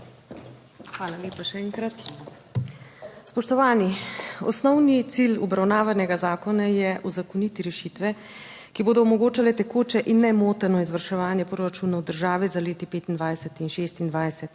Hvala lepa še enkrat. Spoštovani. Osnovni cilj obravnavanega zakona je uzakoniti rešitve, ki bodo omogočale tekoče in nemoteno izvrševanje proračunov države za leti 2025 in 2026.